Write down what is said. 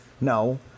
No